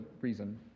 reason